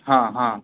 हां हां